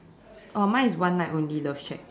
oh mine is one night only love shack